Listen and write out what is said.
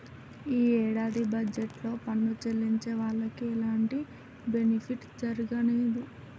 యీ యేడాది బడ్జెట్ లో పన్ను చెల్లించే వాళ్లకి ఎలాంటి బెనిఫిట్ జరగనేదు